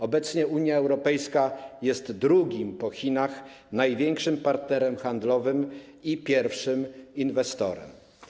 Obecnie Unia Europejska jest drugim po Chinach największym partnerem handlowym i pierwszym inwestorem.